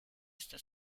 está